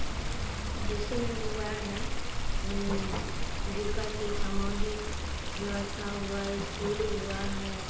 जैसे में हुआ है यह जीविका से सामूहिक व्यवस्था हुआ है स्कूल हुआ है